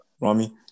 Rami